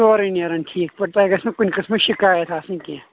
سورٕے نیران ٹھیٖک پٲٹھی تۄہہِ گژھِ نہٕ کُنہِ قٕسمٕچ شِکایت آسٕنۍ کینٛہہ